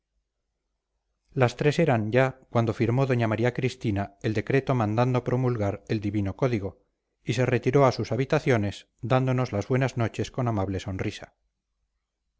las tres eran ya cuando firmó doña maría cristina el decreto mandando promulgar el divino código y se retiró a sus habitaciones dándonos las buenas noches con amable sonrisa